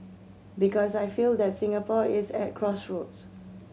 because I feel that Singapore is at crossroads